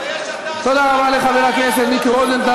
תתבייש אתה, תודה רבה לחבר הכנסת מיקי רוזנטל.